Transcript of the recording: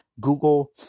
Google